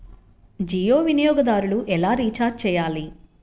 జియో వినియోగదారులు ఎలా రీఛార్జ్ చేయాలి?